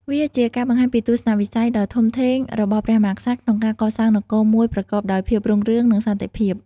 វាជាការបង្ហាញពីទស្សនៈវិស័យដ៏ធំធេងរបស់ព្រះមហាក្សត្រក្នុងការកសាងនគរមួយប្រកបដោយភាពរុងរឿង និងសន្តិភាព។